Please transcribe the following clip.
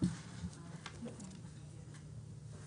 כלומר אתם מפרשים באופן מאוד רחב 'לצורך מתן